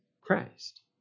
Christ